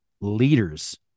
leaders